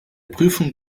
prüfung